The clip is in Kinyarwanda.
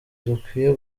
dukwiye